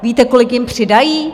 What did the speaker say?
Víte, kolik jim přidají?